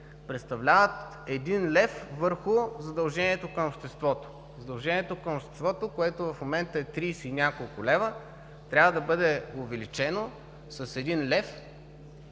представляват един лев върху задължението към обществото. Задължението към обществото, което в момента е тридесет и няколко лева, трябва да бъде увеличено с един лев